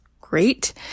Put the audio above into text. great